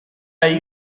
are